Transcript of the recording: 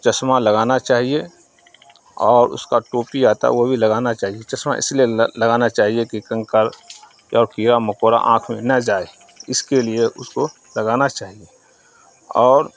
چشمہ لگانا چاہیے اور اس کا ٹوپی آتا ہے وہ بھی لگانا چاہیے چشمہ اس لیے لگانا چاہیے کہ کنکڑ یا کیڑا مکوڑا آنکھ میں نہ جائے اس کے لیے اس کو لگانا چاہیے اور